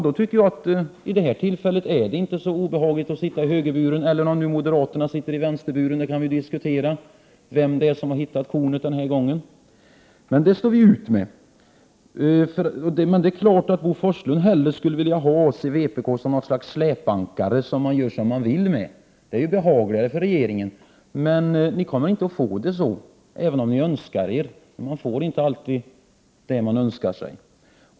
Då tycker jag inte att det är så obehagligt att sitta i högerburen— kanske är det moderaterna som sitter i vänsterburen. Vi kan diskutera vem som har hittat kornet den här gången. Det här står vi ut med, men det är klart att Bo Forslund hellre skulle vilja ha vpk som något slags släpankare som man gör som man vill med. Det är ju behagligare för regeringen, men ni kommer inte att få det så, även om ni önskar det. Man får inte alltid det som man önskar sig.